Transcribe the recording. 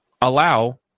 allow